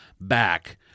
Back